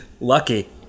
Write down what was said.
Lucky